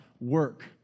work